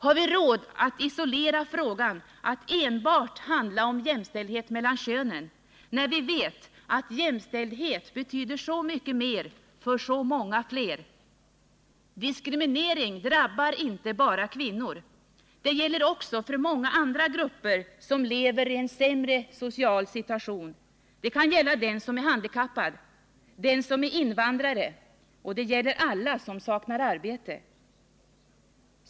Har vi råd att isolera frågan så att den enbart handlar om jämställdhet mellan könen, när vi vet att jämställdhet betyder så mycket mer för så många fler? Diskriminering drabbar inte bara kvinnor. Det gäller också för många andra grupper som lever i en sämre social situation. Det kan gälla den som är handikappad, den som är invandrare, och det gäller alla som saknar arbete.